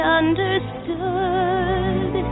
understood